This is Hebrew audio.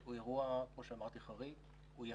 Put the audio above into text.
הוא אירוע, כמו שאמרתי, חריג, הוא ייחקר.